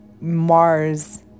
mars